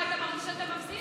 מה, אתה מרגיש שאתה מפסיד?